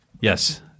Yes